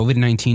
COVID-19